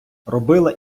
робила